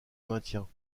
maintien